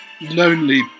lonely